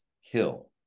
hill